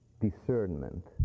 discernment